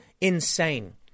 insane